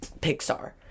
Pixar